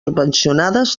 subvencionades